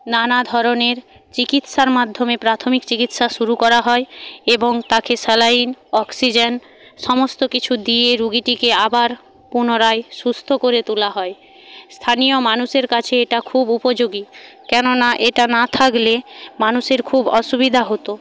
নানাধরণের চিকিৎসার মাধ্যমে প্রাথমিক চিকিৎসা শুরু করা হয় এবং তাকে স্যালাইন অক্সিজেন সমস্ত কিছু দিয়ে রুগীটিকে আবার পুনরায় সুস্থ করে তোলা হয় স্থানীয় মানুষের কাছে এটা খুব উপযোগী কেননা এটা না থাকলে মানুষের খুব অসুবিধা হতো